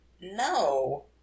no